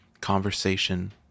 conversation